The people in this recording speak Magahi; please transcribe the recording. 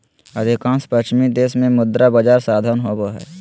अधिकांश पश्चिमी देश में मुद्रा बजार साधन होबा हइ